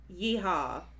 Yeehaw